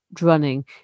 running